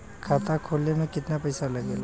खाता खोले में कितना पैसा लगेला?